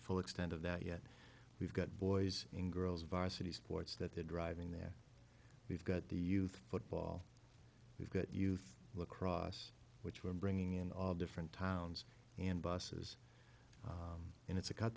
full extent of that yet we've got boys and girls vice city sports that they're driving there we've got the youth football we've got youth lacrosse which we're bringing in all different towns and buses and it's a cut